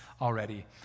already